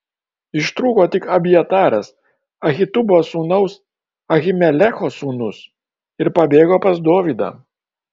ištrūko tik abjataras ahitubo sūnaus ahimelecho sūnus ir pabėgo pas dovydą